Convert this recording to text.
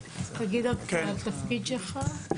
שלום,